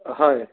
হয়